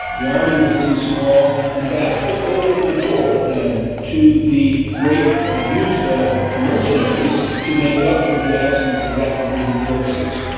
the army was too small, and that's what opened the door, then, to the great ah use of mercenaries to make up for the absence of active duty forces.